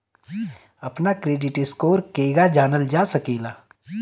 अपना credit score केगा जानल जा सकेला?